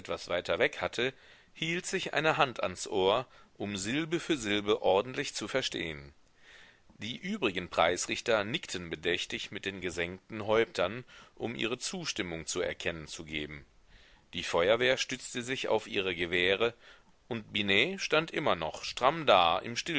etwas weiter weg hatte hielt sich eine hand ans ohr um silbe für silbe ordentlich zu verstehen die übrigen preisrichter nickten bedächtig mit den gesenkten häuptern um ihre zustimmung zu erkennen zu geben die feuerwehr stützte sich auf ihre gewehre und binet stand immer noch stramm da